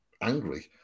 angry